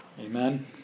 Amen